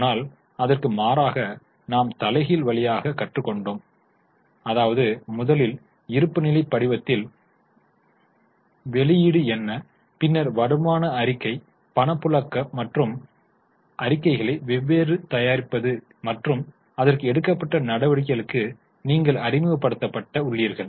ஆனால் அதற்கு மாறாக நாம் தலைகீழ் வழியாக கற்று கொண்டோம் அதாவது முதலில் இருப்பு நிலை படிவத்தில் வெளியீடு என்ன பின்னர் வருமான அறிக்கை பணப்புழக்கம் மற்றும் இந்த அறிக்கைகளை எவ்வாறு தயாரிப்பது மற்றும் அதற்கு எடுக்கப்பட்ட நடவடிக்கைகளுக்கு நீங்கள் அறிமுகப்படுத்தப்பட்ட உள்ளீர்கள்